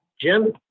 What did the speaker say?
Jim